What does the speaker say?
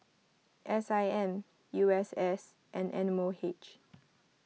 S I M U S S and M O H